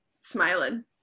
smiling